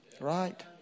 Right